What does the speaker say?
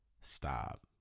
Stop